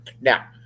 Now